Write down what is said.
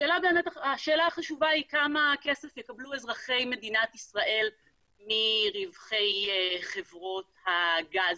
השאלה החשובה היא כמה כסף יקבלו אזרחי מדינת ישראל מרווחי חברות הגז.